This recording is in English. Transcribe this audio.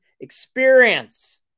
experience